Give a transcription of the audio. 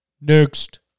next